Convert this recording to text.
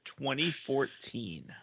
2014